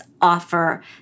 offer